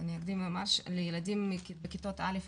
אני אקדים ואומר, לילדים מכיתות א'-ז',